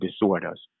disorders